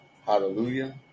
hallelujah